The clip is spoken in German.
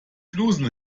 flusen